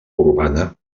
urbana